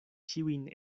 ĉiujn